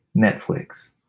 Netflix